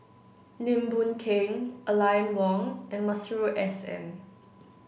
Lim Boon Keng Aline Wong and Masuri S N